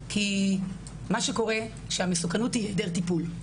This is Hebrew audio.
כי מה שקורה, שהמסוכנות היא העדר טיפול.